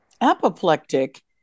apoplectic